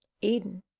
eden